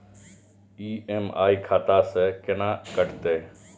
EMI खाता से केना कटते?